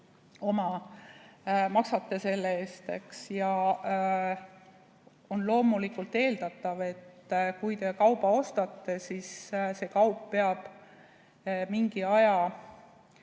te maksate selle eest. On loomulikult eeldatav, et kui te kauba ostate, siis see kaup peab mingi aja